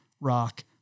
rock